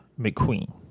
McQueen